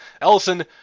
Ellison